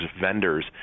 vendors